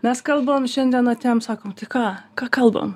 mes kalbam šiandien atėjom sakom tai ką ką kalbam